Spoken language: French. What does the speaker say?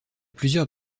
plusieurs